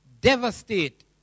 devastate